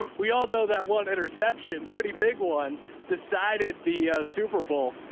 ah we all know that one interception pretty big one decided the super bowl.